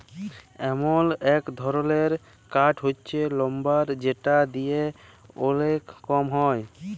এমল এক ধরলের কাঠ হচ্যে লাম্বার যেটা দিয়ে ওলেক কম হ্যয়